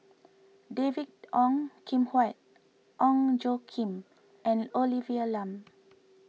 David Ong Kim Huat Ong Tjoe Kim and Olivia Lum